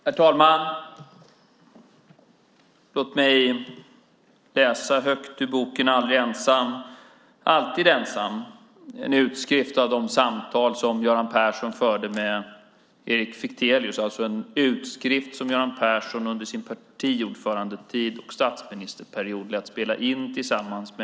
Herr talman! Låt mig läsa högt ur boken Aldrig ensam, alltid ensam , en utskrift av de samtal med Erik Fichtelius som Göran Persson under sin partiordförandetid och statsministerperiod lät spela in.